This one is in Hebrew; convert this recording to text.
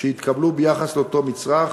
שהתקבלו ביחס לאותו מצרך